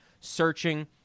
searching